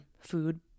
food